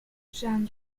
jean